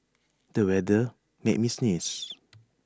the weather made me sneeze